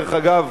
דרך אגב,